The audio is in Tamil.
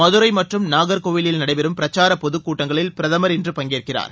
மதுரை மற்றும் நாகர்கோயிலில் நடைபெறும் பிரச்சார பொதுக்கூட்டங்களில் பிரதமர் இன்று பங்கேற்கிறார்